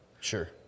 Sure